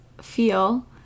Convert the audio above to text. feel